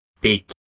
big